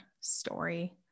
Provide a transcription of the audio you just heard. story